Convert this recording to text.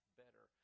better